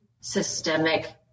systemic